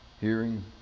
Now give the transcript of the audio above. hearing